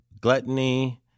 gluttony